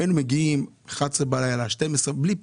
היינו מגיעים באחת עשרה ושתים עשרה בלילה בלי פחד.